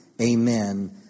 Amen